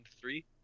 three